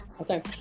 Okay